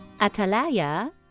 Atalaya